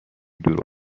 دور